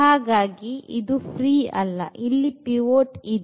ಹಾಗಾಗಿ ಇದು ಪ್ರೀ ಅಲ್ಲ ಇಲ್ಲಿ pivot ಇದೆ